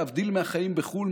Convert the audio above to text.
להבדיל מהחיים בחו"ל,